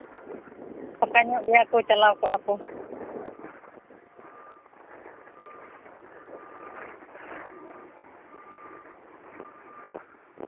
ᱯᱷᱟᱸᱠᱟ ᱧᱚᱜ ᱜᱮᱭᱟ ᱠᱚ ᱪᱟᱞᱟᱣ ᱠᱚᱜᱼᱟ ᱠᱚ